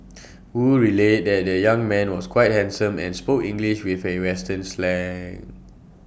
wu relayed that the young man was quite handsome and spoke English with A western slang